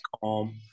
calm